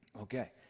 Okay